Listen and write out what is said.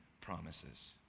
promises